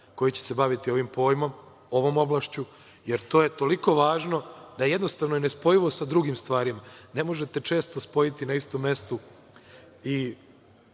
koje će se baviti ovim pojmom, ovom oblašću, jer to je toliko važno, da je jednostavno nespojivo sa drugim stvarima. Ne možete često spojiti na istom mestu